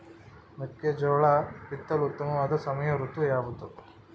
ಮೆಕ್ಕೆಜೋಳ ಬಿತ್ತಲು ಉತ್ತಮವಾದ ಸಮಯ ಋತು ಯಾವುದು?